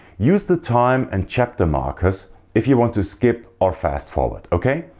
use the time and chapter markers if you want to skip or fast forward, ok?